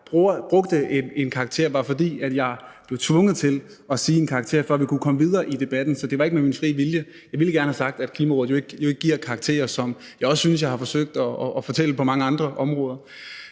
brugte en karakter, var, at jeg blev tvunget til at sige en karakter, for at vi kunne komme videre i debatten. Så det var ikke med min frie vilje. Jeg ville gerne have sagt, at Klimarådet jo ikke giver karakterer, som jeg også synes jeg har forsøgt at sige på mange andre områder.